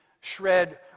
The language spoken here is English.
shred